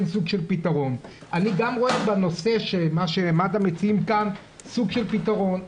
אני גם רואה במה שמד"א מציעים כאן סוג של פתרון.